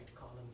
column